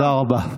תודה רבה.